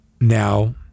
now